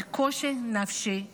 על קושי נפשי שלהן.